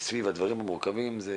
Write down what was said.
וסביב הדברים המורכבים, זה